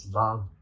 love